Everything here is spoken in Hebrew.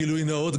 גילוי נאות,